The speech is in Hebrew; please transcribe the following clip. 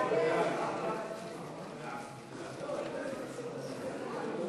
ההסתייגויות לסעיף 46,